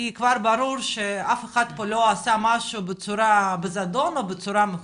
כי כבר ברור שאף אחד פה לא עושה משהו בזדון או בצורה מכוונת.